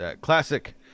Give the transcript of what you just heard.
Classic